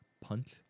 Punch